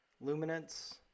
Luminance